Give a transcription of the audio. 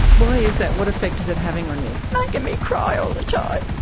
why is that, what effect is that having on you? making me cry all the time.